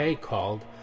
called